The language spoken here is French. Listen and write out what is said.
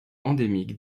endémique